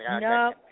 No